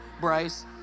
Bryce